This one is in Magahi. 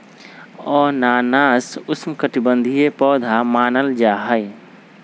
अनानास उष्णकटिबंधीय पौधा मानल जाहई